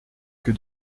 que